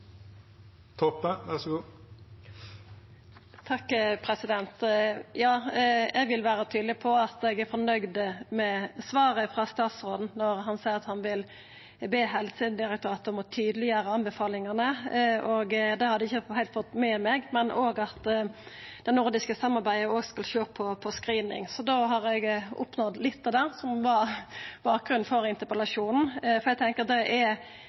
fornøgd med svaret frå statsråden når han seier at han vil be Helsedirektoratet om å tydeleggjera anbefalingane, det hadde eg ikkje heilt fått med meg, og òg at det nordiske samarbeidet òg skal sjå på screening. Da har eg oppnådd litt av det som var bakgrunnen for interpellasjonen, for eg tenkjer at det er